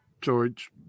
George